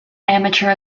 amateur